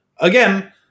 again